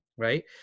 Right